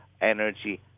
energy